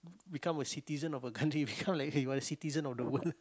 become a citizen of a country if cannot like hey citizen of the world